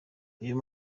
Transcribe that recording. uyu